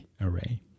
array